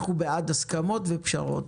אנחנו בעד הסכמות ופשרות.